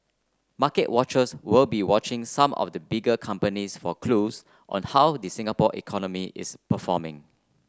market watchers will be watching some of the bigger companies for clues on how the Singapore economy is performing